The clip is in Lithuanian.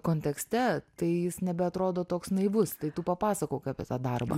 kontekste tai jis nebeatrodo toks naivus tai tu papasakok apie tą darbą